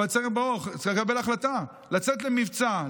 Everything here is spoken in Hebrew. אבל צריך לקבל החלטה לצאת למבצע,